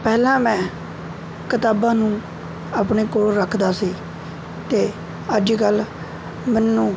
ਪਹਿਲਾ ਮੈਂ ਕਿਤਾਬਾਂ ਨੂੰ ਆਪਣੇ ਕੋਲ ਰੱਖਦਾ ਸੀ ਅਤੇ ਅੱਜ ਕੱਲ੍ਹ ਮੈਨੂੰ